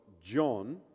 John